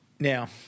Now